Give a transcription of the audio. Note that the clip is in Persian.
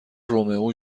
رومئو